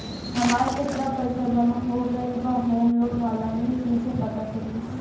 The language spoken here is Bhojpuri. हमार केतना पईसा जमा हो गएल बा होम लोन वाला मे कइसे पता चली?